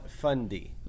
Fundy